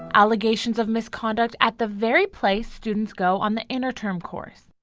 allegations of misconduct at the very place students go on the interterm course.